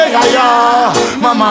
Mama